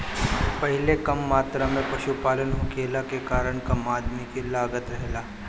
पहिले कम मात्रा में पशुपालन होखला के कारण कम अदमी ही लागत रहलन